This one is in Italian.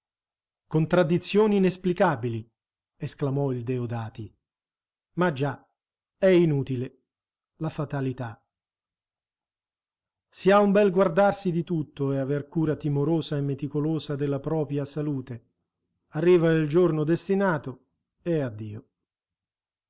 alcuni contradizioni inesplicabili esclamò il deodati ma già è inutile la fatalità si ha un bel guardarsi di tutto e aver cura timorosa e meticolosa della propria salute arriva il giorno destinato e addio